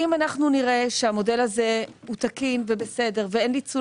אם אנחנו נראה שהמודל הזה הוא תקין ובסדר ואין ניצול